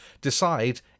Decide